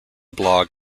blog